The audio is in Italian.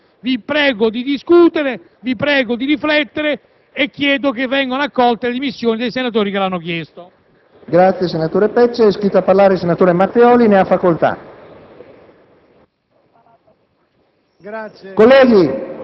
una convergenza perché quelle dimissioni fossero accolte. Vi prego di discutere e di riflettere. Chiedo che vengano accolte le dimissioni dei senatori che le hanno presentate.